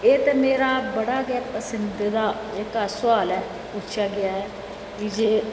एह् ते मेरा बड़ा गै पसंद दा जेह्का सोआल ऐ पुच्छेआ गेआ ऐ की जे